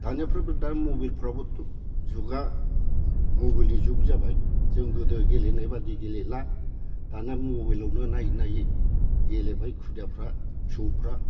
दानिफोर दा मबाइलफ्रावबोथ' जुगा मबाइलनि जुग जाबाय जों गोदो गेलेनायबादि गेलेला दाना मबाइलावनो नायै नायै गेलेबाय खुदियाफ्रा फिसौफ्रा